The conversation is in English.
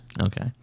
Okay